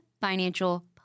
financial